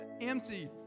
empty